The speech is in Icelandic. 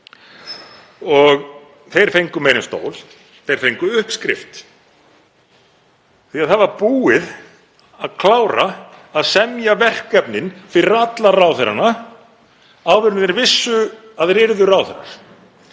Og þeir fengu meira en stól, þeir fengu uppskrift því það var búið að klára að semja verkefnin fyrir alla ráðherrana áður en þeir vissu að þeir yrðu ráðherrar.